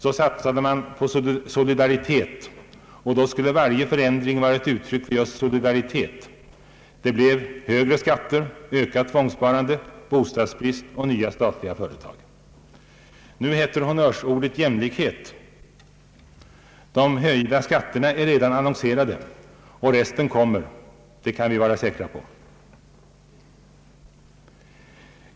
Så satsade man på »Solidaritet» och då skulle varje förändring vara ett uttryck för just solidaritet. Det blev hög re skatter, ökat tvångssparande, bostadsbrist och nya statliga företag. Nu heter honnörsordet »Jämlikhet». De höjda skatterna är redan annonserade och resten kommer, det kan vi vara säkra på.